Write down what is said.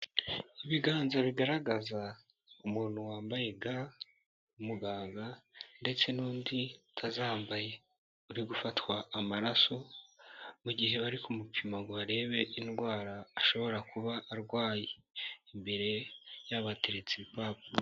Ibiganza bigaragaza umuntu wambaye ga w'umuganga ndetse n'undi utazambaye uri gufatwa amaraso, mu gihe ari kumupima ngo barebe indwara ashobora kuba arwaye, imbere yabo hateretse ibipapuro.